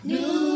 New